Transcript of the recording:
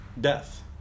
death